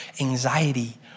anxiety